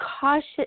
cautious